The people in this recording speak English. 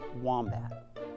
wombat